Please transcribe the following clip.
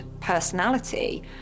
personality